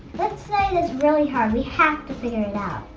this night is really hard, we have to figure it out.